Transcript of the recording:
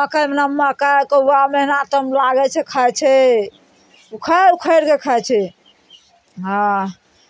मकइमे नम्मा कऽ कौआ महिनत तब लागै छै खाइत छै उखारि उखारि कऽ खाइत छै हँ